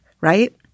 right